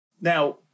Now